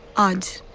and